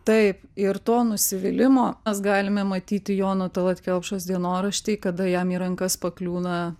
taip ir to nusivylimo mes galime matyti jono talat kelpšos dienoraštį kada jam į rankas pakliūna